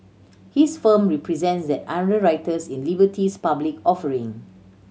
his firm represents the underwriters in Liberty's public offering